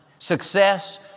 Success